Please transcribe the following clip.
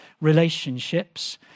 relationships